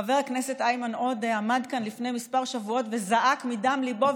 חבר הכנסת איימן עודה עמד כאן לפני כמה שבועות וזעק מדם ליבו,